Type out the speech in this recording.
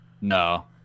No